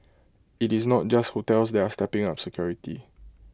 IT is not just hotels that are stepping up security